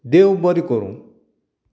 देव बरें कोरूं